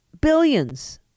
Billions